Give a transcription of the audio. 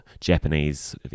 Japanese